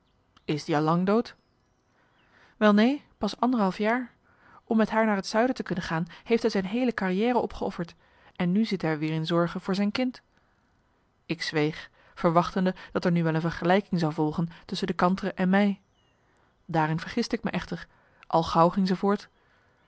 is die al lang dood wel neen pas anderhalf jaar om met haar naar het zuiden te kunnen gaan heeft hij zijn heele carrière opgeofferd en nu zit hij weer in zorgen voor zijn kind ik zweeg verwachtende dat er nu wel een vergelijking zou volgen tusschen de kantere en mij daarin vergistte ik me echter al gauw ging ze voort